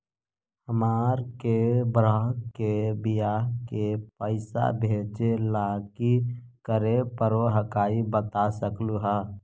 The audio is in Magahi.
हमार के बह्र के बियाह के पैसा भेजे ला की करे परो हकाई बता सकलुहा?